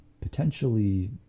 potentially